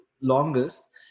longest